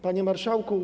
Panie Marszałku!